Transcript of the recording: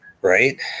Right